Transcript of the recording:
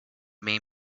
made